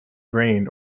grained